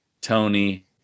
Tony